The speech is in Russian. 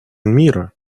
мира